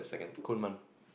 Corman